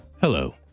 hello